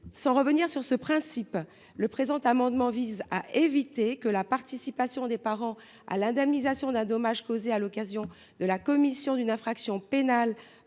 à revenir sur ce principe, le présent amendement vise à éviter que la participation des parents à l’indemnisation d’un dommage causé à l’occasion de la commission d’une infraction pénale